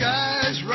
Guys